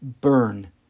burn